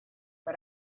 but